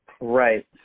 Right